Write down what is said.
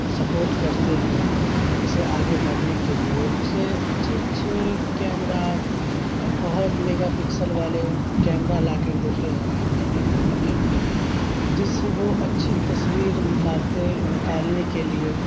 support کرتے ہیں اسے آگے بڑھنے کے لیے اسے اچھے اچھے کیمرہ بہت میگا پکسل والے کیمرہ لا کر دیتے ہیں مہنگے مہنگے کیمرے جس سے وہ اچھی تصویر نکالتے نکالنے کے لیے